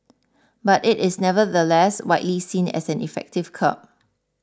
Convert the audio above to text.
but it is nevertheless widely seen as an effective curb